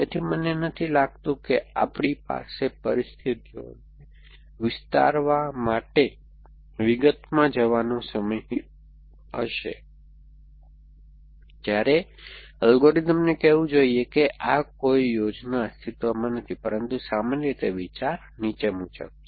તેથી મને નથી લાગતું કે આપણી પાસે પરિસ્થિતિઓને વિસ્તારવા માટે વિગતોમાં જવાનો સમય હશે જ્યારે અલ્ગોરિધમને કહેવું જોઈએ કે કોઈ યોજના અસ્તિત્વમાં નથી પરંતુ સામાન્ય વિચાર નીચે મુજબ છે